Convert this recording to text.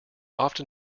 often